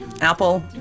Apple